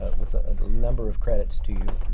with a and number of credits to you.